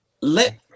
let